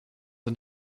and